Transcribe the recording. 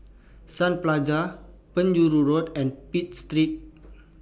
Sun Plaza Penjuru Road and Pitt Street